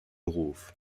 ruf